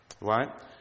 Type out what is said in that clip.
right